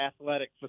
athletic